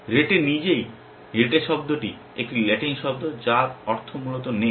রেটে নিজেই রেটে শব্দটি একটি ল্যাটিন শব্দ যার অর্থ মূলত নেট